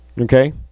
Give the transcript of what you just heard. okay